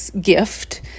gift